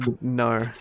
no